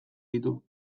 ditu